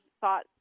thought